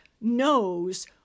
knows